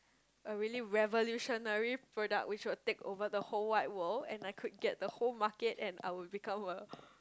a really revolutionary product which will take over the whole wide world and I could get the whole market and I would become a